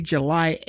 July